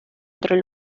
entre